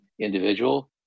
individual